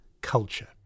culture